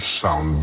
sound